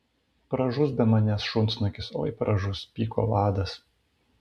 pražus be manęs šunsnukis oi pražus pyko vadas